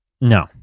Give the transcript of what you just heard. No